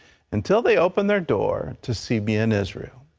until they opened their door to cbn israel.